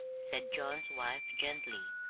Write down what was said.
said john's wife gently.